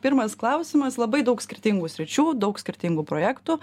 pirmas klausimas labai daug skirtingų sričių daug skirtingų projektų